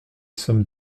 sommes